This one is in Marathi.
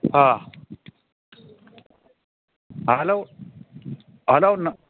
हां हॅलो हॅलो न